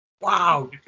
Wow